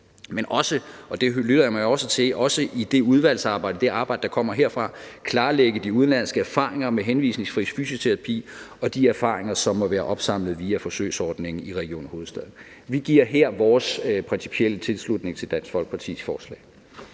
kan fremme det her forslag, men også i det udvalgsarbejde det, der kommer, klarlægge de udenlandske erfaringer med henvisningsfri fysioterapi og de erfaringer, som måtte være opsamlet via forsøgsordningen i Region Hovedstaden. Vi giver her vores principielle tilslutning til Dansk Folkepartis forslag.